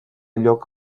lloc